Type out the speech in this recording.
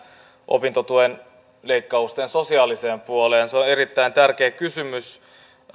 opintotuen leikkausten sosiaaliseen puoleen se on erittäin tärkeä kysymys